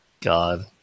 god